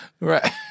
Right